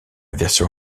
version